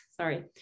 Sorry